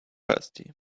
thirsty